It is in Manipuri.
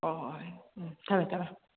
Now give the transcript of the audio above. ꯍꯣꯏ ꯍꯣꯏ ꯎꯝ ꯊꯝꯃꯦ ꯊꯝꯃꯦ